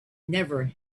never